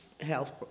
health